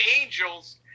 Angels